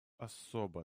особо